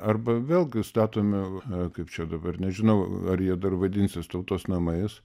arba vėlgi statome kaip čia dabar nežinau ar jie dar vadinsis tautos namais